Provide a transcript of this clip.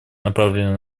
направленные